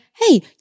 hey